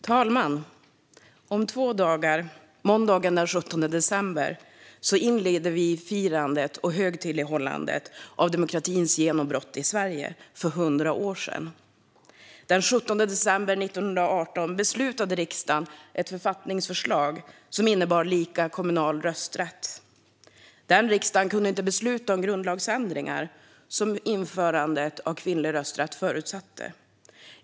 Fru talman! Om två dagar, måndagen den 17 december, inleder vi firandet och högtidlighållandet av demokratins genombrott i Sverige för 100 år sedan. Den 17 december 1918 beslutade riksdagen om ett författningsförslag som innebar lika kommunal rösträtt. Den riksdagen kunde inte besluta om grundlagsändringar, som införandet av kvinnlig rösträtt förutsatte.